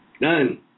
None